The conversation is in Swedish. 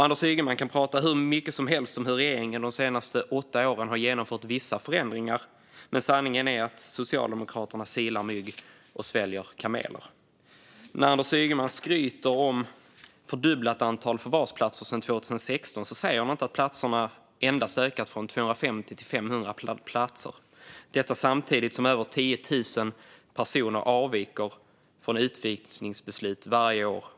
Anders Ygeman kan prata hur mycket som helst om hur regeringen de senaste åtta åren har genomfört vissa förändringar, men sanningen är att Socialdemokraterna silar mygg och sväljer kameler. När Anders Ygeman skryter om fördubblat antal förvarsplatser sedan 2016 säger han inte att platserna endast har ökat från 250 till 500. Samtidigt avviker över 10 000 personer från utvisningsbeslut varje år.